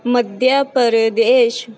Madhya Pradesh